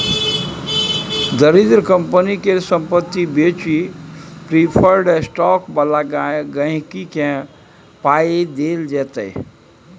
दरिद्र कंपनी केर संपत्ति बेचि प्रिफर्ड स्टॉक बला गांहिकी केँ पाइ देल जेतै